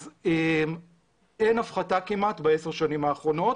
אז אין הפחתה כמעט בעשר שנים האחרונות